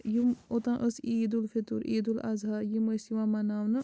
یِم اوٚتانۍ ٲس عیٖدالفطر عیٖدالاضحیٰ یِم ٲسۍ یِوان مَناونہٕ